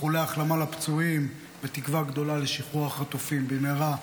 איחולי החלמה לפצועים ותקווה גדולה לשחרור החטופים במהרה,